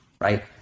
right